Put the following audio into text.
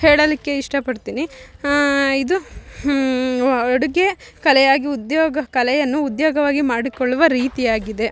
ಹೇಳಲಿಕ್ಕೆ ಇಷ್ಟ ಪಡ್ತೀನಿ ಇದು ಅಡುಗೆ ಕಲೆಯಾಗಿ ಉದ್ಯೋಗ ಕಲೆಯನ್ನು ಉದ್ಯೋಗವಾಗಿ ಮಾಡಿಕೊಳ್ಳುವ ರೀತಿಯಾಗಿದೆ